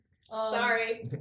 Sorry